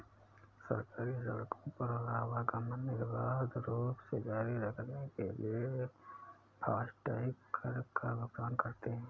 सरकारी सड़कों पर आवागमन निर्बाध रूप से जारी रखने के लिए लोग फास्टैग कर का भुगतान करते हैं